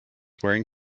wearing